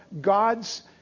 God's